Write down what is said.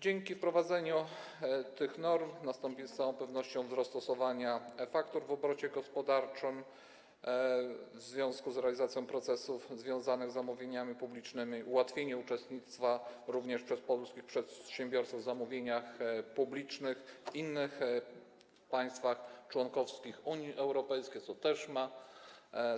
Dzięki wprowadzeniu tych norm z całą pewnością nastąpi wzrost stosowania faktur w obrocie gospodarczym, w związku z realizacją procesów związanych z zamówieniami publicznymi, i ułatwienie uczestnictwa polskich przedsiębiorców w zamówieniach publicznych w innych państwach członkowskich Unii Europejskiej, co też ma